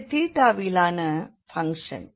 இது விலான பங்ஷன்